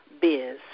biz